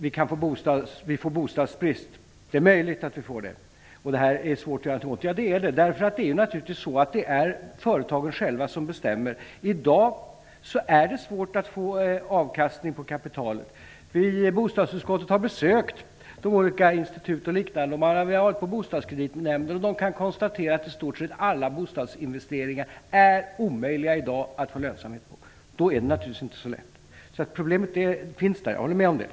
Han säger att vi kan få bostadsbrist - det är möjligt att vi får det - och att det här är svårt att göra någonting åt. Ja, det är det naturligtvis därför att det är företagen själva som bestämmer. I dag är det svårt att få avkastning på kapitalet. Vi i bostadsutskottet har besökt olika institut, och vi har varit i Bostadskreditnämnden, som kan konstatera att i stort sett alla bostadsinvesteringar är omöjliga i dag att få lönsamhet på. Då är det naturligtvis inte så lätt. Problemet finns där, jag håller med om det.